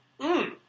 Mmm